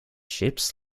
ships